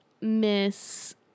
miss